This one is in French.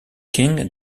king